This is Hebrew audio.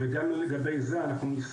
וגם לגבי זה אנחנו,